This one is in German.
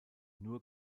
nur